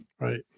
Right